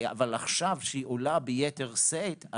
אבל עכשיו שהיא עולה ביתר שאת,